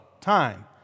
time